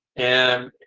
and,